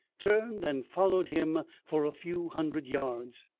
turned and followed him for a few hundred yards.